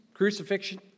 Crucifixion